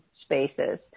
spaces